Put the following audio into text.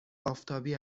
آفتابی